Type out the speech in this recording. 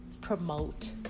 promote